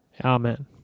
Amen